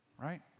right